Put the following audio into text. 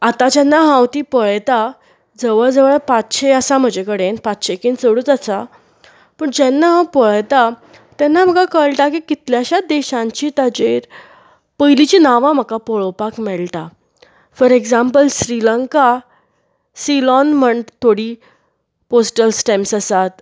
आतां जेन्ना हांव ती पळयता जवळ जवळ पांचशे आसा म्हजे कडेन पांचशेकन चडूच आसा पूण जेन्ना हांव पळेतां तेन्ना म्हाका कळटा की कितल्याशांच देशांची ताजेर पयलींची नांवां म्हाका पळोवपाक मेळटा फॉर एझ्मापल श्रीलंका शिलोन म्हण थोडी पोस्टल स्टेम्पस् आसात